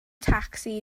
tacsi